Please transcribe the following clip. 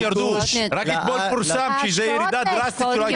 רק אתמול פורסם שאנו בירידה דרסטית.